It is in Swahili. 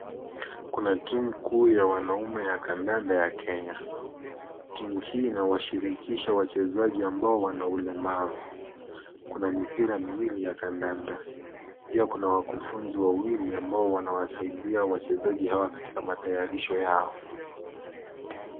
Kuna timu kuu ya wanaume ya kandanda ya Kenya, timu hii inawashirikisha wachezaji ambao wana ulemavu, kuna mipira miwili ya kandanda pia kuna wakufunzi wawili ambao wanawasaidia wachezaji hawa katika matayarisho yao.